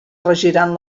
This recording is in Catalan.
regiran